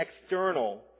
external